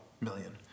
million